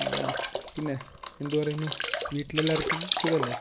ആ പിന്നെ എന്തുപറെന്നു വീട്ടിലെല്ലാവർക്കും സുഖമല്ലേ